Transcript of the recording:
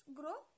grow